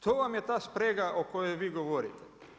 To vam je ta sprega o kojoj vi govorite.